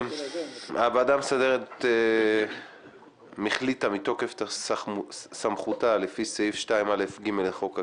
הוועדה המסדרת החליטה מתוקף סמכותה לפי סעיף 2(א)(ג) לחוק הכנסת,